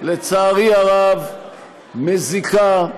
לצערי הרב, מזיקה,